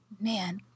Man